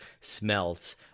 smelt